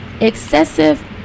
Excessive